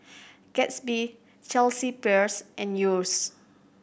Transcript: Gatsby Chelsea Peers and Yeo's